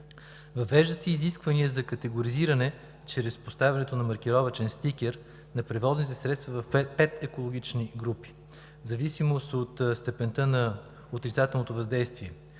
Въвеждат се изисквания за категоризиране чрез поставянето на маркировъчен стикер на превозните средства в пет екологични групи в зависимост от степента на отрицателното въздействие.